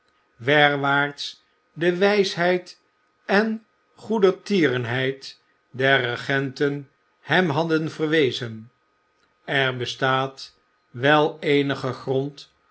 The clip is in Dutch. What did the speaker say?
werwaarts de wijsheid en goedertierenheid der regenten hem hadden verwezen er bestaat wel eenige grond